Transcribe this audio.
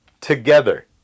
Together